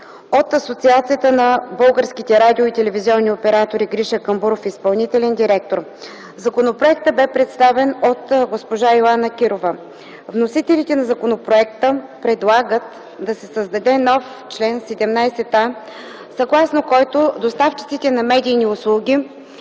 от Асоциацията на българските радио- и телевизионни оператори – Гриша Камбуров, изпълнителен директор. Законопроектът бе представен от госпожа Йоана Кирова. Вносителите на законопроекта предлагат да се създаде нов чл. 17а, съгласно който на доставчиците на медийни услуги